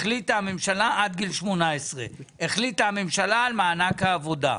החליטה הממשלה עד גיל 18. החליטה הממשלה על מענק העבודה.